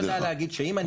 נכון.